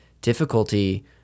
difficulty